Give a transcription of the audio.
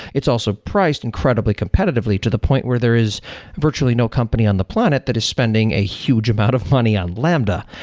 it's also priced incredibly competitively to the point where there is virtually no company on the planet that is spending a huge about of money on lambda.